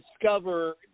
discover